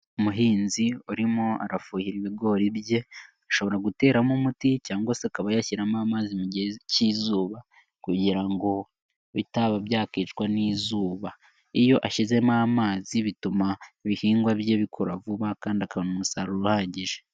Umuhinzi urimo arafuhira ibigori bye, ashobora guteramo umuti cyangwa se akaba yashyiramo amazi mu gihe cy'izuba kugira ngo bitaba byakicwa n'izuba, iyo ashyizemo amazi bituma ibihingwa bye bikura vuba kandi akabona umusaruro uhagije.